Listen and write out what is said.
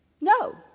no